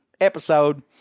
episode